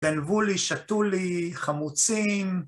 ‫גנבו לי, שתו לי, חמוצים.